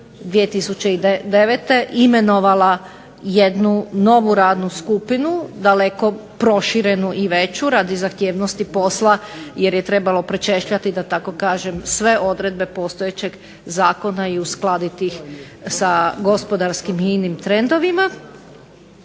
2009. imenovala jednu novu radnu skupinu, daleko proširenu i veću radi zahtjevnosti posla jer je trebalo pročešljati da tako kažem sve odredbe postojećeg zakona i uskladiti ih sa gospodarskim i inim trendovima